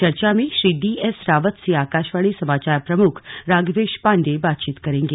चर्चा में Shri D S Rawat से आकाशवाणी समाचार प्रमुख राघवेश पांडेय बातचीत करेंगे